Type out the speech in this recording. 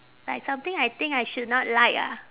like something I think I should not like ah